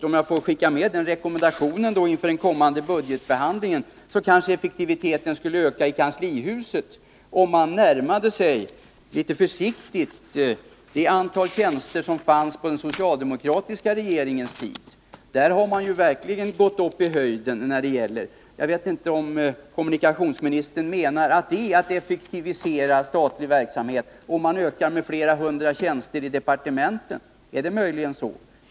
Om jag får skicka med en rekommendation inför den kommande budgetbehandlingen, så vill jag säga att effektiviteten kanske skulle öka i kanslihuset om man där försiktigt närmade sig det antal tjänster som fanns på den socialdemokratiska regeringens tid. Där har man verkligen gått upp i höjden. Jag vet inte om kommunikationsministern menar att det är att effektivisera statlig verksamhet om man ökar antalet tjänster med flera hundra i departementen. Är det möjligen så?